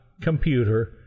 computer